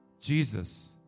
Jesus